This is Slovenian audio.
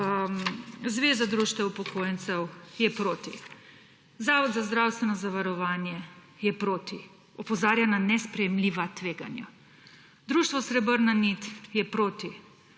Zveza društev upokojencev je proti, Zavod za zdravstveno zavarovanje je proti, opozarja na nesprejemljiva tveganja, društvo Srebrna nit je proti,